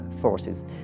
forces